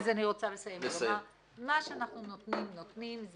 אז אני רוצה לסיים ולומר: מה שאנחנו נותנים נותנים,